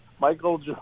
Michael